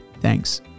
thanks